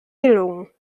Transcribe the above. gelungen